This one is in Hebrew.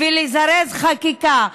ולזירוז חקיקה.